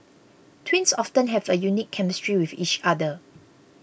twins often have a unique chemistry with each other